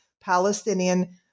Palestinian